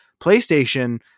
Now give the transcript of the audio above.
PlayStation